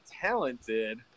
talented